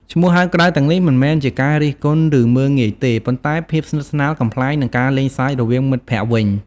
ឈ្មោះហៅក្រៅទាំងនេះមិនមែនជាការរិះគន់ ឬមើលងាយទេ ប៉ុន្តែភាពស្និទ្ធស្នាល កំប្លែង និងការលេងសើចរវាងមិត្តភក្ដិវិញ។